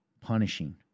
punishing